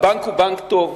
הבנק הוא בנק טוב.